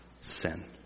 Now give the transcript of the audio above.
sin